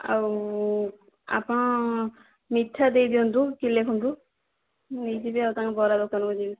ଆଉ ଆପଣ ମିଠା ଦେଇ ଦିଅନ୍ତୁ କିଲେ ଖଣ୍ଡେ ମୁଁ ନେଇଯିବି ଆଉ ତାଙ୍କ ବରା ଦୋକାନକୁ ଯିବି